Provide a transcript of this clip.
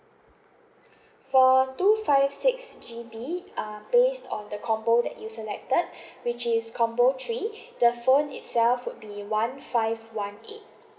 for two five six G_B uh based on the combo that you selected which is combo three the phone itself would be one five one eight